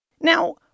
Now